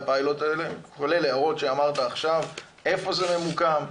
כולל ההערות שאמרת עכשיו: איפה זה ממוקם,